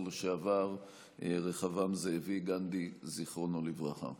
לשעבר רחבעם זאבי גנדי זיכרונו לברכה.